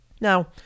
Now